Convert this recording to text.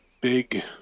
big